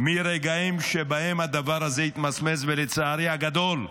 מרגעים שבהם הדבר הזה יתמסמס, ולצערי הגדול,